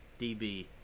DB